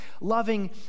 loving